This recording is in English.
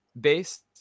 based